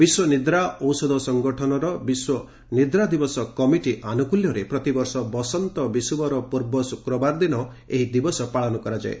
ବିଶ୍ୱ ନିଦ୍ରା ଔଷଧ ସଂଗଠନର ବିଶ୍ୱ ନିଦ୍ରାଦିବସ କମିଟି ଆନୁକୂଲ୍ୟରେ ପ୍ରତିବର୍ଷ ବସନ୍ତ ବିଷୁବର ପ୍ରର୍ବ ଶୁକ୍ରବାରଦିନ ଏହି ଦିବସ ପାଳନ କରାଯାଏ